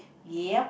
yeap